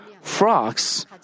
frogs